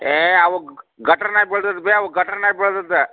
ಏಯ್ ಅವು ಗ್ ಗಟರ್ನಾಗೆ ಬೆಳ್ದಿದ್ದು ಬಿ ಅವು ಗಟರ್ನಾಗೆ ಬೆಳ್ದಿದ್ದು